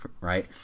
right